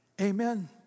Amen